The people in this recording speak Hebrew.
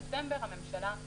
בספטמבר הממשלה,